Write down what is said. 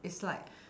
is like